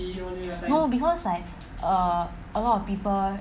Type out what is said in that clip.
no because like uh a lot of people